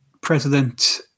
President